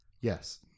Yes